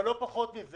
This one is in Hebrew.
אבל לא פחות מזה